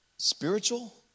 spiritual